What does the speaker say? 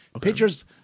Pictures